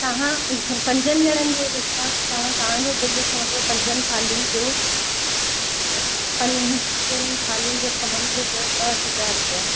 तव्हां पंजनि ॼणनि जे हिसाबु सां तव्हांजो बिल ठहंदो पंजनि थाल्हियुनि जो पंजनि थाल्हियुनि जो ठहंदव ॿ हज़ार रुपया